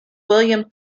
william